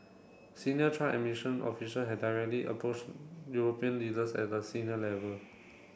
senior Trump administration official had directly approached European leaders at a senior level